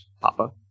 papa